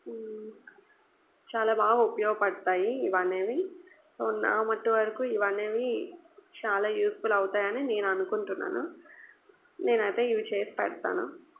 చాలా బాగా ఉపయోగపడుతాయి ఇవి అనేవి సో నామటు వరకు ఇవి అనేవి చాలా యూజ్ఫుల్ అవుతాయని నేను అకుంటున్నాను నేనైతే ఇవి చేసి పెడతాను